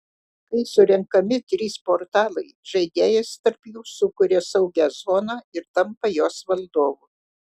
kai surenkami trys portalai žaidėjas tarp jų sukuria saugią zoną ir tampa jos valdovu